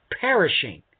perishing